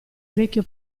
vecchio